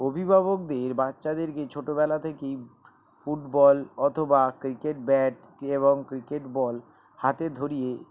অভিবাবকদের বাচ্চাদেরকে ছোটবেলা থেকেই ফুটবল অথবা ক্রিকেট ব্যাট কী এবং ক্রিকেট বল হাতে ধরিয়ে